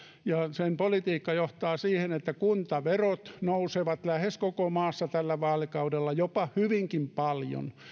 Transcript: sen politiikka johtaa siihen että kuntaverot nousevat lähes koko maassa tällä vaalikaudella jopa hyvinkin paljon